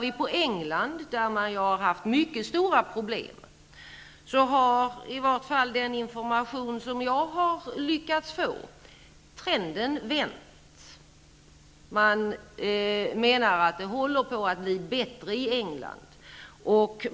I England, där man ju har haft mycket stora problem, har trenden vänt, i vart fall enligt den information som jag har lyckats få. Man menar att det håller på att bli bättre i England.